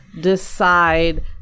decide